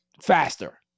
faster